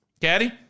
Caddy